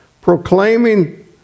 proclaiming